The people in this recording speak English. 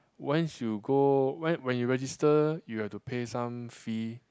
once you go when when you register you have to pay some fee